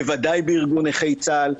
בוודאי בארגון נכי צה"ל,